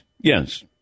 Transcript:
yes